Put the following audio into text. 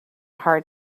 hard